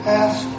ask